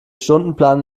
stundenplan